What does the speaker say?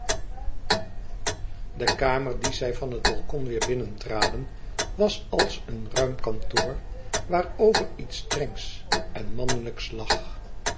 de kamer die zij van het balkon weêr binnentraden was als een ruim kantoor waarover iets strengs en mannelijks lag